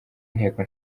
inteko